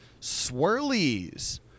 swirlies